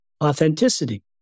Authenticity